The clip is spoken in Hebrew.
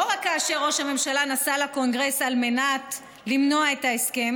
לא רק שכאשר ראש הממשלה נסע לקונגרס על מנת למנוע את ההסכם